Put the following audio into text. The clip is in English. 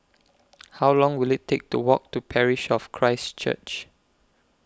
How Long Will IT Take to Walk to Parish of Christ Church